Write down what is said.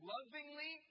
lovingly